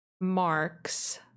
marks